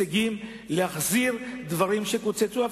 להחזיר דברים שקוצצו,